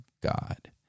God